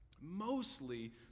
Mostly